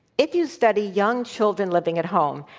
if you study young children living at home,